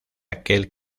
aquel